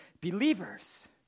believers